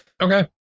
Okay